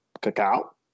cacao